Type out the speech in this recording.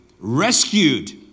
rescued